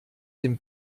dem